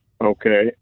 Okay